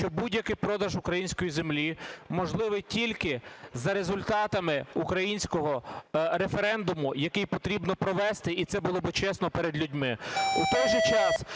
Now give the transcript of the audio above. що будь-який продаж української землі можливий тільки за результатами українського референдуму, який потрібно провести, і це було б чесно перед людьми.